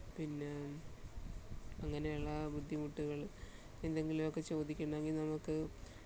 പിന്നെ അങ്ങനെയുള്ള ബുദ്ധിമുട്ടുകൾ എന്തെങ്കിലുമൊക്കെ ചോദിക്കണമെങ്കിൽ നമുക്ക്